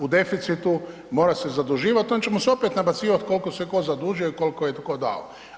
U deficitu, mora se zaduživati, onda ćemo se opet nabacivati koliko se tko zadužio i koliko je tko dao.